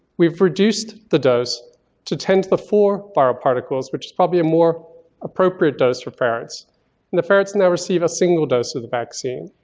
we've reduced the dose to ten to the four viral particles which is probably a more appropriate dose for ferrets. and the ferrets and then receive a single dose of the vaccine.